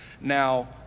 Now